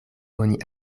oni